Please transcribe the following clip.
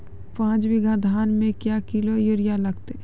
पाँच बीघा धान मे क्या किलो यूरिया लागते?